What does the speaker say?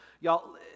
y'all